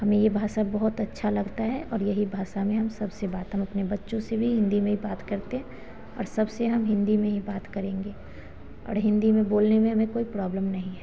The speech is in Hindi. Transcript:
हमें यह भाषा बहुत अच्छी लगती है और यही भाषा में हम सबसे बात हम अपने बच्चों से भी हिन्दी में ही बात करते हैं और सबसे हम हिन्दी में ही बात करेंगे और हिन्दी में बोलने में हमें कोई प्रॉब्लम नहीं है